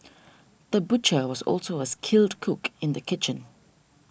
the butcher was also a skilled cook in the kitchen